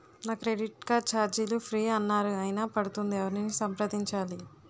నా credit card ఛార్జీలు free అన్నారు అయినా పడుతుంది ఎవరిని సంప్రదించాలి?